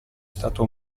stato